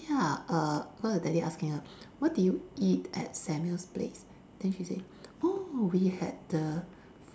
oh ya err cause her daddy asking her what did you eat at Samuel's place then she say oh we had the